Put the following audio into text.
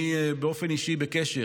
אני באופן אישי בקשר